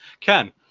Ken